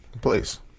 Please